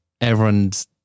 everyone's